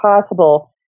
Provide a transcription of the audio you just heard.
possible